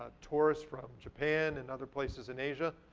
ah tourists from japan and other places in asia.